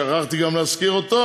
שכחתי גם להזכיר אותו.